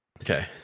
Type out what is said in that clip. Okay